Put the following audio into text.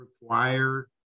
require